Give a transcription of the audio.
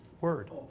word